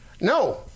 No